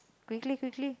quickly quickly